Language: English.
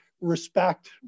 respect